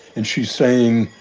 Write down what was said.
and she's saying,